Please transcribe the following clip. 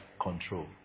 control